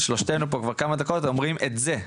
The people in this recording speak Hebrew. שלושתנו פה כבר כמה דקות אומרים את 'זה',